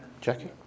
Jackie